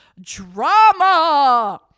drama